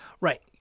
Right